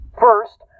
First